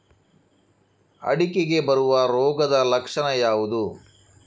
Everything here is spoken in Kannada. ಅಡಿಕೆಗೆ ಬರುವ ರೋಗದ ಲಕ್ಷಣ ಯಾವುದು?